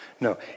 no